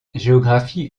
géographie